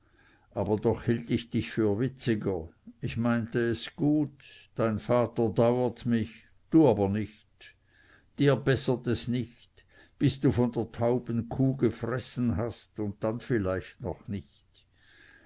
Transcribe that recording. aber doch hielt ich dich für witziger ich meinte es gut dein vater dauert mich du aber nicht dir bessert es nicht bis du von der tauben kuh gefressen hast und dann vielleicht noch nicht